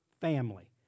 family